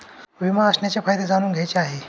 विमा असण्याचे फायदे जाणून घ्यायचे आहे